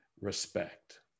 respect